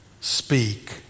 speak